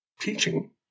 teaching